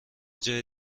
جای